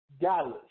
Dallas